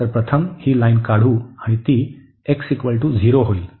तर प्रथम ही लाईन काढू आणि ती x 0 होईल